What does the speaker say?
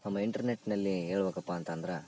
ನಮ್ಮ ಇಂಟರ್ನೆಟ್ನಲ್ಲಿ ಹೇಳ್ಬೇಕಪ್ಪ ಅಂತಂದ್ರೆ